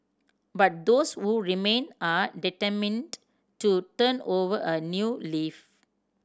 but those who remain are determined to turn over a new leaf